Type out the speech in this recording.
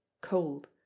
cold